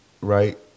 right